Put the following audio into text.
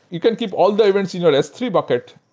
you can keep all the events in your s three bucket,